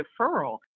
deferral